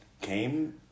came